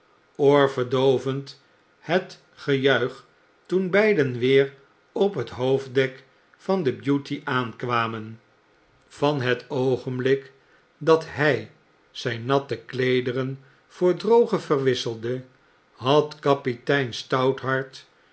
oorverdoovend het gejuich toen beiden weer op het hoofddek van de beauty aankwamen van het oogenblik dat hij zijn natte kleederen voor droge verwisselde had kapitein